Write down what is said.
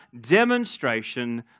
demonstration